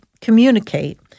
communicate